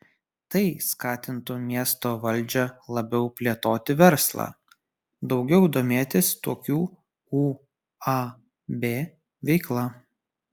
tai skatintų miesto valdžią labiau plėtoti verslą daugiau domėtis tokių uab veikla